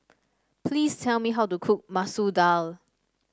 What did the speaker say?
please tell me how to cook Masoor Dal